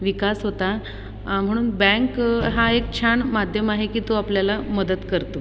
विकास होता म्हणून बँक हा एक छान माध्यम आहे की तो आपल्याला मदत करतो